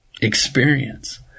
experience